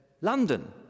London